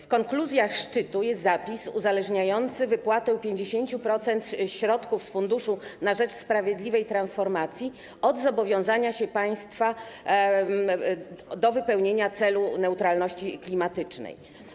W konkluzjach szczytu jest zapis uzależniający wypłatę 50% środków z Funduszu na rzecz Sprawiedliwej Transformacji od zobowiązania się państwa do wypełnienia celu neutralności klimatycznej.